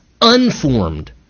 unformed